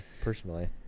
personally